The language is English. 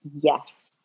yes